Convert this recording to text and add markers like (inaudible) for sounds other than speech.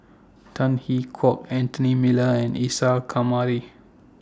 (noise) Tan Hwee Hock Anthony Miller and Isa Kamari